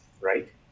right